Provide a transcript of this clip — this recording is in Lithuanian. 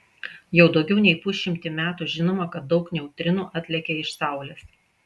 jau daugiau nei pusšimtį metų žinoma kad daug neutrinų atlekia iš saulės